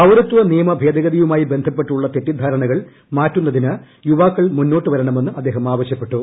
പൌരത്വ ്നിയമ ഭേദഗതിയുമായി ബന്ധപ്പെട്ടുള്ള തെറ്റിദ്ധാരണകൾ മാറ്റുന്നതിന് യുവാക്കൾ മുന്നോട്ട് വരണമെന്ന് അദ്ദേഹം ആവശ്യപ്പെട്ടു